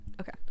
Okay